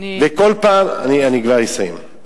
וכל פעם, אני, אני כבר אסיים.